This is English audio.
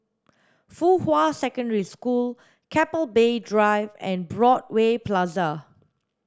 Fuhua Secondary School Keppel Bay Drive and Broadway Plaza